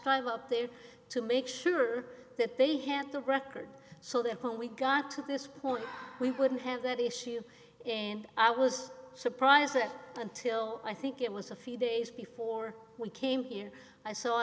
drive up there to make sure that they had the record so the when we got to this point we wouldn't have that issue and i was surprised that until i think it was a few days before we came here i saw